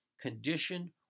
condition